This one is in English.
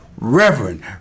Reverend